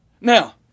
Now